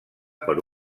per